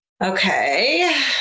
Okay